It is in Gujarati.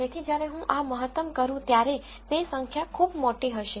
તેથી જ્યારે હું આ મહત્તમ કરું ત્યારે તે સંખ્યા ખૂબ મોટી થશે